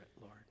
Lord